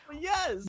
Yes